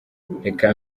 reka